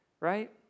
Right